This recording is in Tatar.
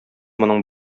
моның